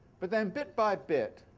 but then bit by bit,